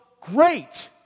great